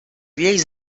lleis